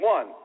One